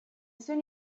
soon